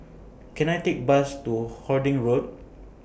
Can I Take Bus to Harding Road